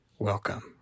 Welcome